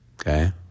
okay